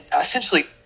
essentially